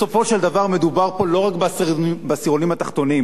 בסופו של דבר מדובר פה לא רק בעשירונים התחתונים.